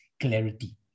clarity